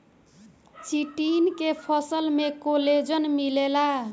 chitin के फसल में कोलेजन मिलेला